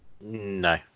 No